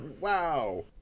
wow